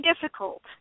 difficult